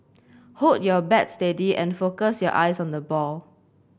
hold your bat steady and focus your eyes on the ball